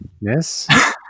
yes